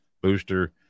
booster